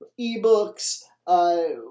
ebooks